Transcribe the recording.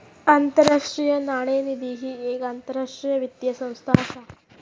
आंतरराष्ट्रीय नाणेनिधी ही येक आंतरराष्ट्रीय वित्तीय संस्था असा